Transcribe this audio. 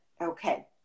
Okay